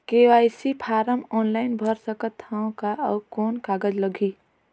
KYC form online भर सकत हवं का? अउ कौन कागज लगही?